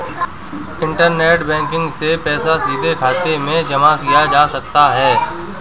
internet banking से पैसा सीधे खाते में जमा किया जा सकता है